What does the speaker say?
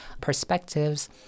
perspectives